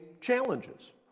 challenges